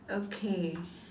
okay